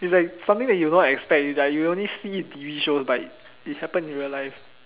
it's like something that you don't expect it you only see it on T_V shows but it happen in real life